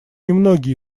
немногие